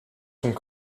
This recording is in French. sont